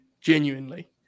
Genuinely